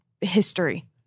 history